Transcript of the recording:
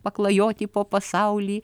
paklajoti po pasaulį